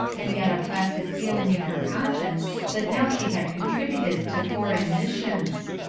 and yet a placid feeling in her conscience that now she had contributed to foreign missions.